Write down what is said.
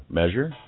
measure